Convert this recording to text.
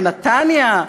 לנתניה,